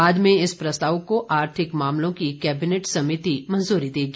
बाद में इस प्रस्ताव को आर्थिक मामलों की कैबिनेट समिति मंजूरी देगी